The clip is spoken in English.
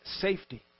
safety